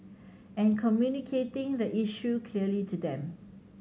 and communicating the issue clearly to them